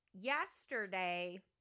yesterday